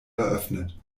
eröffnet